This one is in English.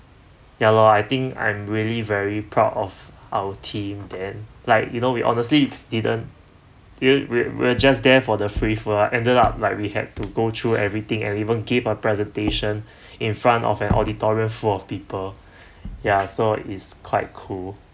ya lor I think I'm really very proud of our team then like you know we honestly didn't even we're we're just there for the free food lah ended up like we had to go through everything and even give a presentation in front of an auditorium full of people ya so it's quite cool